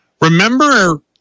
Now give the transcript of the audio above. Remember